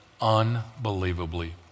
Unbelievably